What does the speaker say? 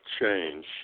change